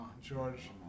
George